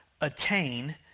attain